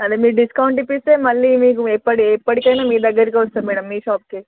అదే మీరు డిస్కౌంట్ ఇస్తే మళ్ళీ మీకు ఎప్పటి ఎప్పటికైనా మీ దగ్గరకు వస్తాం మ్యాడమ్ మీ షాప్కే